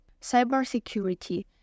Cybersecurity